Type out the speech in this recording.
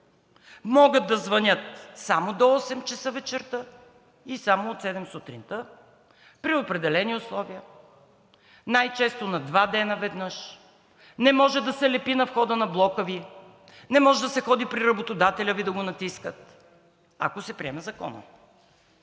Могат да звънят само до 8,00 ч. вечерта и само от 7,0 ч. сутринта при определени условия, най-често на два дни веднъж. Не може да се лепи на входа на блока Ви, не може да се ходи при работодателя Ви да го натискат, ако се приеме Законът.